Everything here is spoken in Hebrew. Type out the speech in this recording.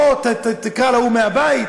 בוא, תקרא להוא מהבית.